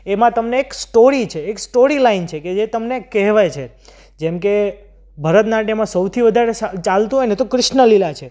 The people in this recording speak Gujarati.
એમાં તમને એક સ્ટોરી છે એક સ્ટોરીલાઇન છે કે જે તમને કહેવાય છે જેમ કે ભરતનાટ્યમમાં સૌથી વધારે ચાલતું હોય ને તો ક્રિષ્નલીલા છે